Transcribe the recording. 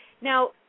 Now